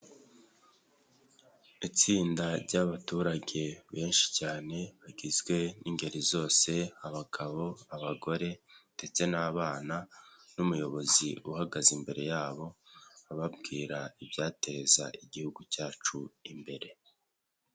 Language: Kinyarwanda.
Itsinda ry'abaturage benshi cyane rigizwe n'ingeri zose, abagabo, abagore ndetse n'abana n'umuyobozi uhagaze imbere yabo ababwira ibyateza igihugu cyacu imbere.